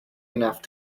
enough